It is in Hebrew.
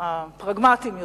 הפרגמטיים יותר.